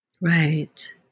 Right